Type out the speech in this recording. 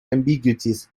ambiguities